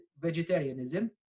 vegetarianism